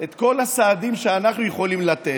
את כל הסעדים שאנחנו יכולים לתת.